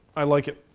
i like it.